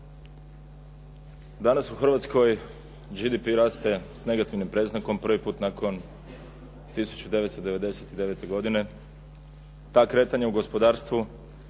Danas u Hrvatskoj GDP raste s negativnim predznakom prvi put nakon 1999. godine. Ta kretanja u gospodarstvu